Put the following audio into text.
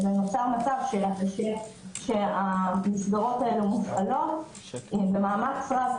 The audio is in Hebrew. נוצר מצב שהמסגרות האלה מופעלות במאמץ רב,